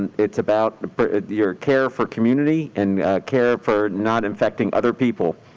and it's about your care for community and care for not infecting other people.